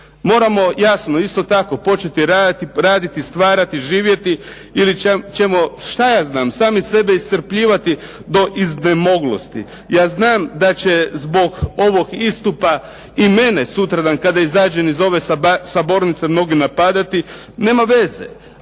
moramo jasno isto tako početi raditi, stvarati živjeti ili ćemo što ja znam, sami sebe iscrpljivati do iznemoglosti. Ja znam da će zbog ovog istupa i mene sutradan kada izađem iz ove sabornice mnogi napadati. Nema veze.